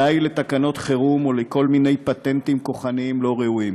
די לתקנות חירום ולכל מיני פטנטים כוחניים לא ראויים.